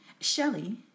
Shelley